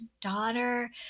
daughter